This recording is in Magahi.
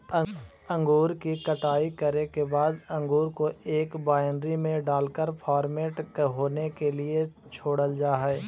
अंगूर की कटाई करे के बाद अंगूर को एक वायनरी में डालकर फर्मेंट होने के लिए छोड़ल जा हई